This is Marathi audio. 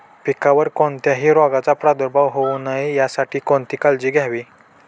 पिकावर कोणत्याही रोगाचा प्रादुर्भाव होऊ नये यासाठी कोणती काळजी घ्यावी?